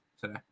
today